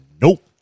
Nope